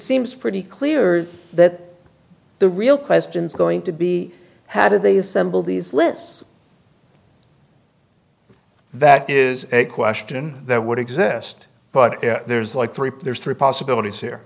seems pretty clear that the real question is going to be how do they assemble these lists that is a question that would exist but there's like three players three possibilities here